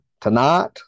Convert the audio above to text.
tonight